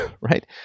right